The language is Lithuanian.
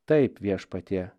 taip viešpatie